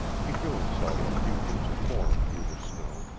he drew himself a few inches more through the snow,